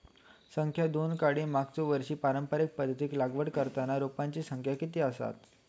संख्या दोन काडी मागचो वर्षी पारंपरिक पध्दतीत लागवड करताना रोपांची संख्या किती आसतत?